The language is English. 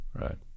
right